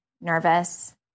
nervous